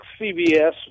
CBS